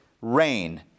rain